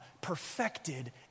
perfected